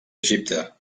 egipte